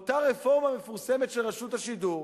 אותה רפורמה מפורסמת ברשות השידור,